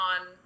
on